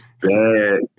bad